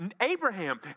Abraham